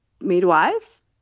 midwives